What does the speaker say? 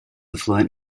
fluent